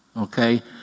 okay